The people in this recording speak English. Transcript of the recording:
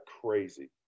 crazy